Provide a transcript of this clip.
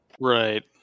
Right